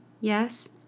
Yes